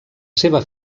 seva